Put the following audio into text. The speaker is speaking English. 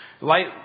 Light